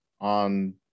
on